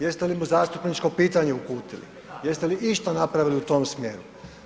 Jeste li mu zastupničko pitanje uputili, jeste li išta napravili u tom smjeru?